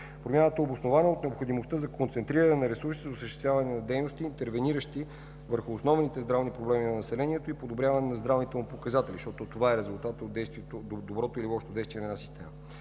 Промяната е обоснована от необходимостта за концентриране на ресурсите за осъществяване на дейности, интервениращи върху основните здравни проблеми на населението и подобряване на здравните му показатели – това е резултат от доброто или лошото действие на една система.